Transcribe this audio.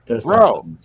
bro